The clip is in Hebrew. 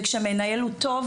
וכשהמנהל הוא טוב